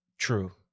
true